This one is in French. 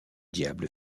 diable